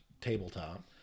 tabletop